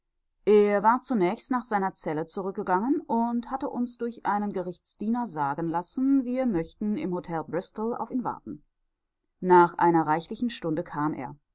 er war zunächst nach seiner zelle zurückgegangen und hatte uns durch einen gerichtsdiener sagen lassen wir möchten im hotel bristol auf ihn warten nach einer reichlichen stunde kam er